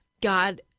God